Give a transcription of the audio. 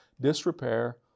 disrepair